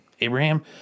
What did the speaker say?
Abraham